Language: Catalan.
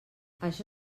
això